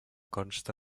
consta